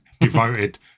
devoted